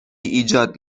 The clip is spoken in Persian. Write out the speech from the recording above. ایجاد